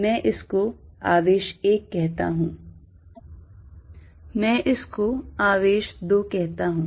मैं इसको आवेश 1 कहता हूं मैं इसको आवेश 2 कहता हूं